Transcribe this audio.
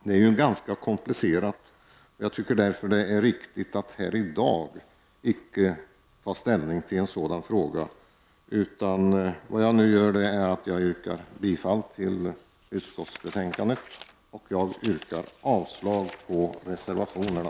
Det är ju ganska komplicerat, och jag tycker därför att det är riktigt att här i dag icke ta ställning till en sådan fråga. Jag yrkar bifall till utskottets hemställan och avslag på reservationerna.